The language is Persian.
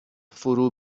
فرو